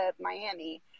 Miami